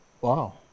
Wow